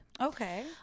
okay